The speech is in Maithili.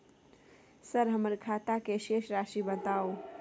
सर हमर खाता के शेस राशि बताउ?